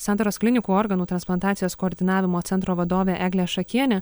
santaros klinikų organų transplantacijos koordinavimo centro vadovė eglė ašakienė